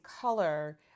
color